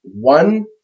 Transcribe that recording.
One